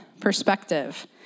perspective